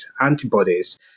antibodies